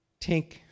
tink